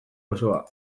osoa